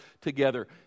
together